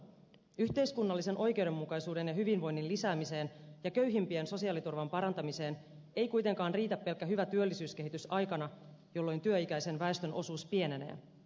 yhteiskunnallisen oikeudenmukaisuuden ja hyvinvoinnin lisäämiseen ja köyhimpien sosiaaliturvan parantamiseen ei kuitenkaan riitä pelkkä hyvä työllisyyskehitys aikana jolloin työikäisen väestön osuus pienenee